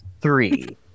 three